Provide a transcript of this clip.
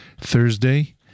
Thursday